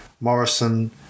Morrison